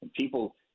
people